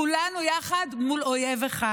כולנו יחד מול אויב אחד.